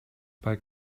bei